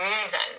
reason